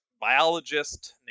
biologist